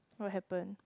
what happened